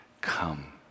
come